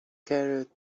carried